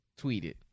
tweeted